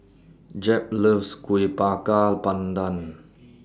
Jep loves Kueh Bakar Pandan